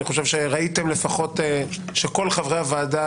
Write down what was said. אני חושב שראיתם לפחות שכל חברי הוועדה